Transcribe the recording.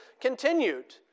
continued